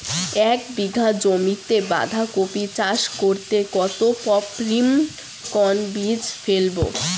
এক বিঘা জমিতে বাধাকপি চাষ করতে কতটা পপ্রীমকন বীজ ফেলবো?